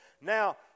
Now